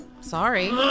Sorry